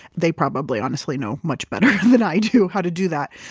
they probably honestly, know much better than i do how to do that.